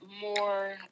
more